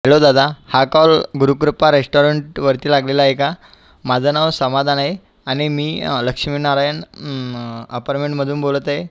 hello दादा हा call Gurukrupa रेस्टॉरंटवरती लागलेला आहे का माझं नाव समाधान आहे आणि मी लक्ष्मीनारायण अपारमेंटमधून बोलत आहे